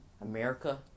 America